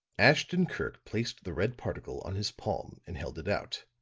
ashton-kirk placed the red particle on his palm and held it out.